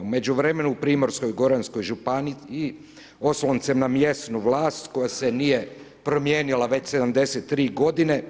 U međuvremenu u Primorsko-goranskoj županiji osloncem na mjestu vlast koja se nije promijenila već 73 godine,